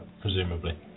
presumably